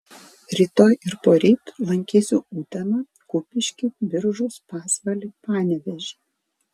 rytoj ir poryt lankysiu uteną kupiškį biržus pasvalį panevėžį